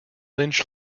lynch